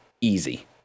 easy